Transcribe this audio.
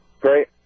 Great